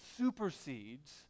supersedes